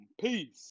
Peace